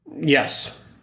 Yes